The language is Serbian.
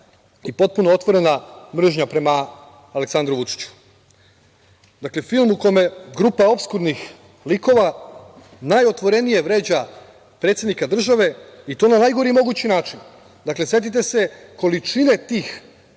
i potpuno otvorena mržnja prema Aleksandru Vučiću. Dakle, film u kome grupa opskurnih likova najotvorenije vređa predsednika države i to na najgori mogući način. Dakle, setite se količine tih